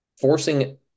forcing